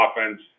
offense